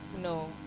No